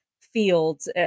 fields